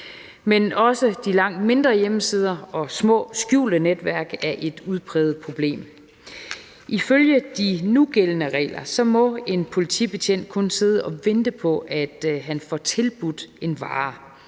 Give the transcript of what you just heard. Men også de langt mindre hjemmesider og små skjulte netværk er et udpræget problem. Ifølge de nugældende regler må en politibetjent kun sidde og vente på, at han får tilbudt en vare.